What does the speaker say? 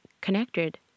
connected